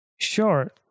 Sure